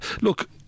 look